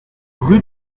rue